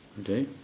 Okay